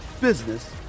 business